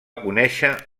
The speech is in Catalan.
conèixer